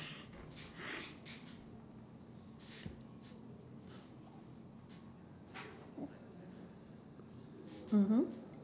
mmhmm